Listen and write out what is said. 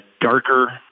darker